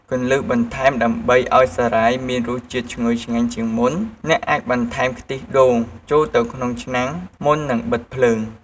គន្លឹះបន្ថែមដើម្បីឱ្យសារាយមានរសជាតិឈ្ងុយឆ្ងាញ់ជាងមុន អ្នកអាចបន្ថែម ខ្ទិះដូង ចូលទៅក្នុងឆ្នាំងមុននឹងបិទភ្លើង។